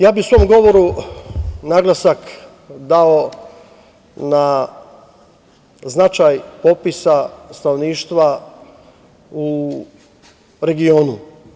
Ja bih u svom govoru naglasak dao na značaj popisa stanovništva u regionu.